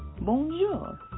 bonjour